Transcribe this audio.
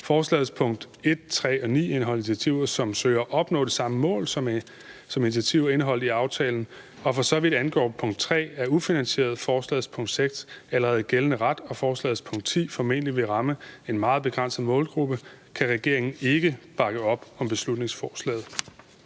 forslagets punkt 1, 3 og 9 indeholder initiativer, som søger at opnå det samme mål som initiativer indeholdt i aftalen og, for så vidt angår punkt 3, er ufinansieret, forslagets punkt 6 allerede er gældende ret og forslagets punkt 10 formentlig vil ramme en meget begrænset målgruppe, kan regeringen ikke bakke op om beslutningsforslaget.